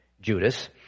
Judas